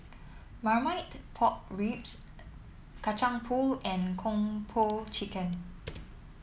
Marmite Pork Ribs Kacang Pool and Kung Po Chicken